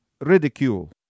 ridicule